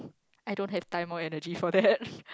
I don't have time or energy for that